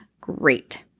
great